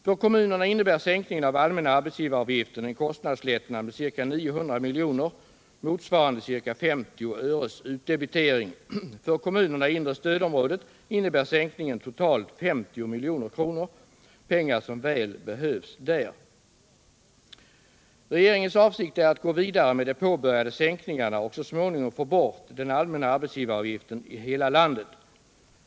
För kommunerna innebär sänkningen av den allmänna arbetsgivaravgiften en kostnadslättnad med ca 900 milj.kr., motsvarande ca 50 öres utdebitering. För kommunerna i inre stödområdet innebär sänkningen totalt 50 milj.kr. — pengar som väl behövs där. Regeringens avsikt är att gå vidare med de påbörjade sänkningarna och så småningom få bort den allmänna arbetsgivaravgiften i hela landet.